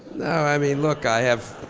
no, i mean look, i have,